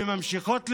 וממשיכות לסבול.